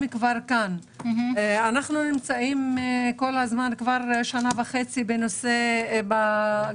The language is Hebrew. כבר כאן: אנחנו נמצאים כבר שנה וחצי בקורונה,